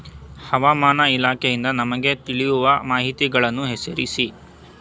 ಹವಾಮಾನ ಇಲಾಖೆಯಿಂದ ನಮಗೆ ತಿಳಿಯುವ ಮಾಹಿತಿಗಳನ್ನು ಹೆಸರಿಸಿ?